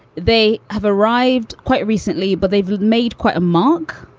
they have arrived quite recently, but they've made quite a mark.